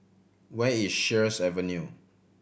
where is Sheares Avenue